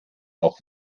auch